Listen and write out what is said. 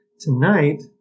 tonight